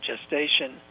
gestation